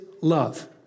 love